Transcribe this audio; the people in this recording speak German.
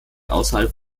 außerhalb